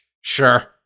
sure